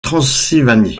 transylvanie